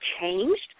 changed